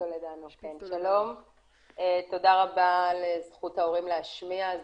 תודה רבה על הזכות להשמיע את דברי ההורים.